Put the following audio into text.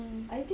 mm